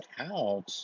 out